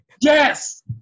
Yes